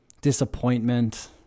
disappointment